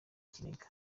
ikiniga